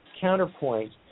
counterpoint